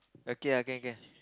okay ah can can